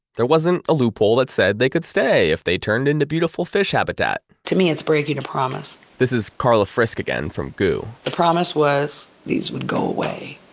there wasn't a loophole that said they could stay if they turned it into beautiful fish habitat to me, it's breaking a promise this is carla frisk again from goo. the promise was these would go away,